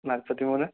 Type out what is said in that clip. നാൽപത്തിമൂന്ന്